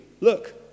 look